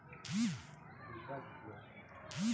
धान के खेती बरसात के मौसम या जुलाई महीना में बढ़ियां होला?